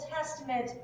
Testament